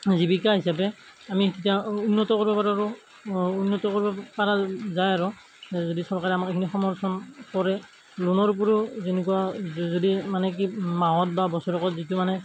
জীৱিকা হিচাপে আমি তেতিয়া উন্নত কৰবা পাৰোঁ আৰু অঁ উন্নত কৰবা পৰা যায় আৰু যদি চৰকাৰে আমাক এইখিনি সমৰ্থন কৰে লোণৰ উপৰিও যেনেকুৱা যদি মানে কি মাহত বা বছৰেকত যিটো মানে